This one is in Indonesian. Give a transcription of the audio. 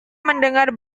mendengar